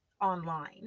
online